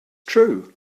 true